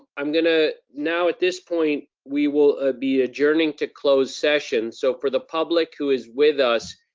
i'm gonna now at this point, we will be adjourning to closed session, so for the public who is with us,